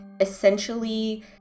essentially